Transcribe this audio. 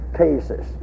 cases